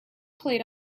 played